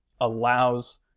allows